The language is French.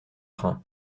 train